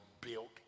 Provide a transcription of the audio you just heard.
built